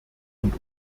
und